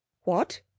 What